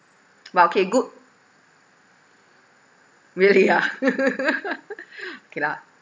but okay good really ah okay lah